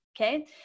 Okay